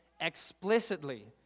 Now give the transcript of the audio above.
explicitly